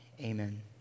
Amen